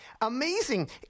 Amazing